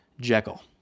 Jekyll